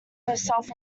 herself